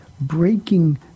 breaking